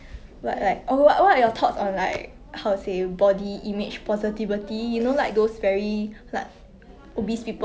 I think in to a certain extent like I think body positivity is like good lah it should be promoted